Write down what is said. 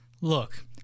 Look